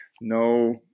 no